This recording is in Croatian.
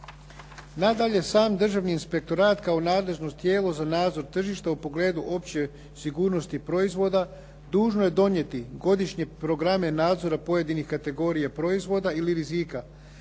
Nadalje, sam Državni inspektorat kao nadležno tijelo za nadzor tržišta u pogledu opće sigurnosti proizvoda dužno je donijeti godišnje programe nadzora pojedinih kategorija proizvoda ili rizika,